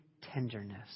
tenderness